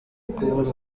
kubura